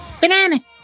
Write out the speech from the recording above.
Banana